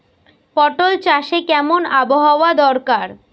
পটল চাষে কেমন আবহাওয়া দরকার?